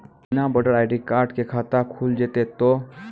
बिना voter ID card के खाता खुल जैते तो?